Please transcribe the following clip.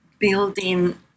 Building